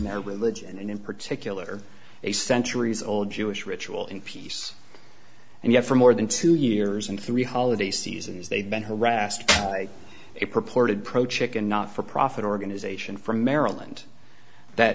their religion in particular a centuries old jewish ritual in peace and yet for more than two years and three holiday seasons they've been harassed by a purported pro chicken not for profit organization from maryland that